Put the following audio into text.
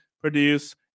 produce